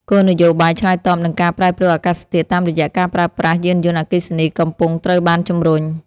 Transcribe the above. គោលនយោបាយឆ្លើយតបនឹងការប្រែប្រួលអាកាសធាតុតាមរយៈការប្រើប្រាស់យានយន្តអគ្គិសនីកំពុងត្រូវបានជំរុញ។